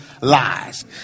lies